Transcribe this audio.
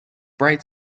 bright